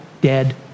dead